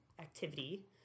activity